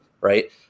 right